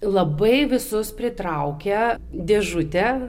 labai visus pritraukia dėžutė